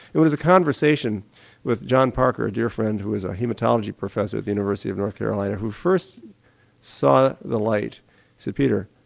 it was a conversation with john parker a dear friend who was a haematology professor at the university of north carolina who first saw the light and said, peter,